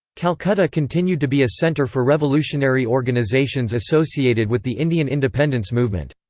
calcutta continued to be a centre for revolutionary organisations associated with the indian independence movement.